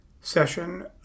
session